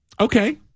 Okay